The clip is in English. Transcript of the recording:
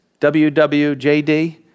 WWJD